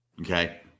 Okay